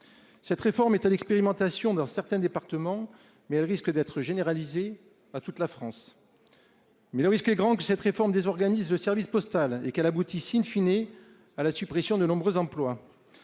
Cette réforme est à l'expérimentation dans certains départements, mais elle risque d'être généralisé à toute la France. Mais le risque est grand que cette réforme désorganise le service postal et qu'elle aboutisse in fine et à la suppression de nombreux emplois.